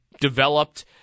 developed